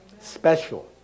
special